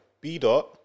B-Dot